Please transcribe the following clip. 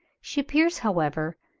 she appears, however,